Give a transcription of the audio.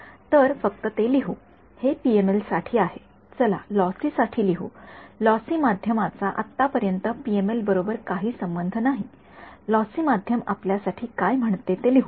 तर फक्त ते लिहू हे पीएमएल साठी आहे चला लॉसी साठी लिहू लॉसी माध्यमाचा आतापर्यंत पीएमएल बरोबर काही संबंध नाही लॉसी माध्यम आपल्यासाठी काय म्हणते ते लिहू